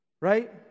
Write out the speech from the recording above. right